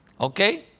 Okay